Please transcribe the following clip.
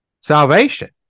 salvation